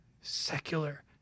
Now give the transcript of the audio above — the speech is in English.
secular